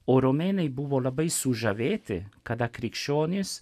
o romėnai buvo labai sužavėti kada krikščionys